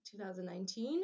2019